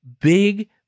Big